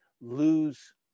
lose